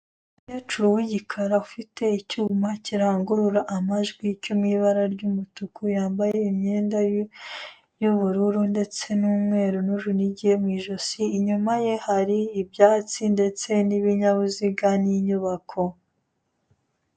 Umukecuru w'igikara ufite icyuma kirangurura amajwi cyo mu ibara ry'umutuku, yambaye imyenda y'ubururu ndetse n'umweru n'urunigi mu ijosi, inyuma ye hari ibyatsi ndetse n'ibinyabuziga n'inyubako.